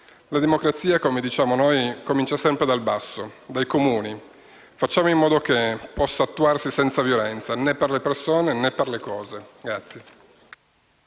La democrazia, come diciamo noi, comincia sempre dal basso, dai Comuni. Facciamo in modo che possa attuarsi senza violenza, né per le persone, né per le cose.